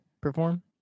perform